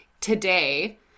today